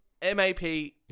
M-A-P